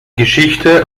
geschichte